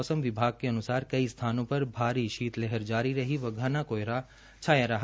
मौसम विभाग के अनुसार कई स्थानों पर भारी शीत लहर जारी रही अव घना कोहरा दाया रहा